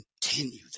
continue